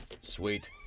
Sweet